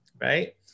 right